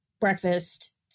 breakfast